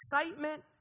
excitement